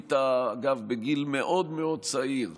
וזכית בגיל מאוד מאוד צעיר,